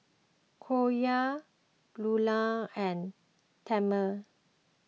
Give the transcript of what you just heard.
Korey Lula and Tanner